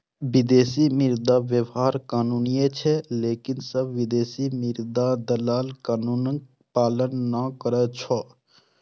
विदेशी मुद्रा व्यापार कानूनी छै, लेकिन सब विदेशी मुद्रा दलाल कानूनक पालन नै करै छै